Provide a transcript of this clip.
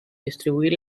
distribuir